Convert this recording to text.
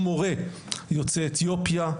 או מורה יוצא אתיופיה,